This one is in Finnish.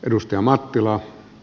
edustaja mattila